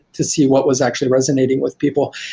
to see what was actually resonating with people,